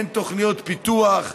אין תוכניות פיתוח,